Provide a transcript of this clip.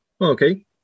okay